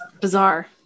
bizarre